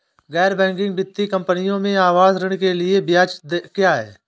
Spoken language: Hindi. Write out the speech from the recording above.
गैर बैंकिंग वित्तीय कंपनियों में आवास ऋण के लिए ब्याज क्या है?